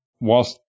whilst